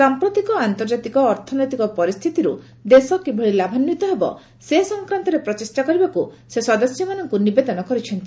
ସାମ୍ପ୍ରତିକ ଆନ୍ତର୍ଜାତିକ ଅର୍ଥନୈତିକ ପରିସ୍ଥିତିରୁ ଦେଶ କିଭଳି ଲାଭାନ୍ୱିତ ହେବ ସେ ସଂକ୍ରାନ୍ତରେ ପ୍ରଚେଷ୍ଟା କରିବାକୁ ସେ ସଦସ୍ୟମାନଙ୍କୁ ନିବେଦନ କରିଛନ୍ତି